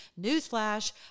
Newsflash